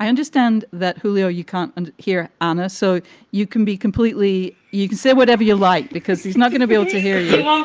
i understand that. julio, you can't and hear ana. so you can be completely you can say whatever you like because there's not going to be able to hear